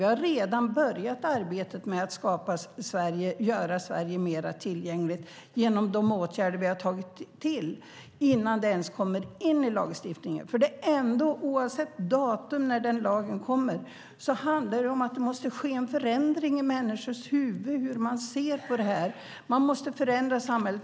Vi har redan börjat arbetet med att göra Sverige mer tillgängligt genom de åtgärder vi har vidtagit innan det ens har kommit in i lagstiftningen. Oavsett datum när den lagen kommer handlar det om att det måste ske en förändring i människors huvuden när det gäller hur man ser på det här. Man måste förändra samhället.